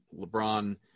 LeBron